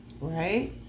Right